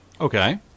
Okay